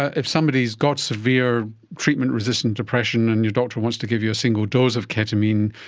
ah if somebody has got severe treatment resistant depression and your doctor wants to give you a single dose of ketamine,